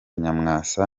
nyamwasa